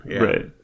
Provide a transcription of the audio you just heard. right